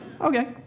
Okay